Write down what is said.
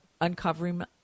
uncovering